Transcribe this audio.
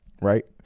right